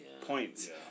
points